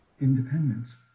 independence